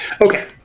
okay